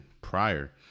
prior